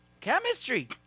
chemistry